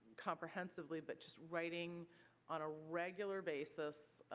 comprehensively but just writing on a regular basis.